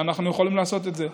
אנחנו יכולים לעשות את זה.